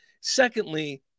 Secondly